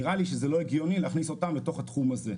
נראה לי שזה לא הגיוני להכניס אותה לתוך התחום הזה.